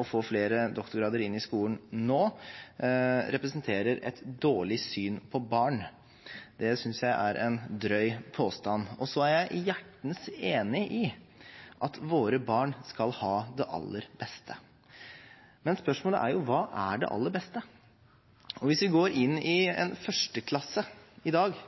å få flere med doktorgrad inn i skolen nå, representerer et dårlig syn på barn. Det synes jeg er en drøy påstand. Så er jeg hjertens enig i at våre barn skal ha det aller beste. Men spørsmålet er: Hva er det aller beste? Hvis vi går inn i en 1. klasse i dag –